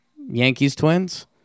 Yankees-Twins